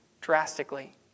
drastically